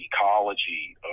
ecology